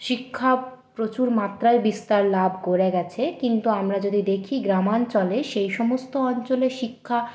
শিক্ষা প্রচুর মাত্রায় বিস্তার লাভ করে গেছে কিন্তু আমরা যদি দেখি গ্রামাঞ্চলে সেই সমস্ত অঞ্চলে শিক্ষা